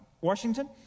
Washington